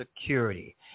Security